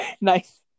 nice